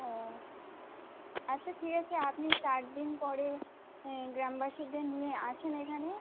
ও আচ্ছা ঠিক আছে আপনি চার দিন পরে গ্রামবাসীদের নিয়ে আসেন এখানে